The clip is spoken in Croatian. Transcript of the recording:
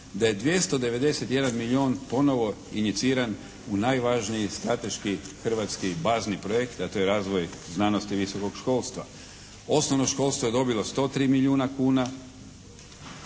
da je 291 milijun ponovno iniciran u najvažniji strateški hrvatski bazni projekt a to je razvoj znanosti i visokog školstva. Osnovno školstvo je dobilo 103 milijuna kuna.